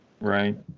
Right